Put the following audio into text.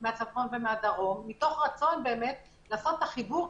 מהצפון ומהדרום מתוך רצון לעשות את החיבור.